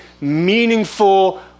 meaningful